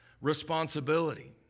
responsibility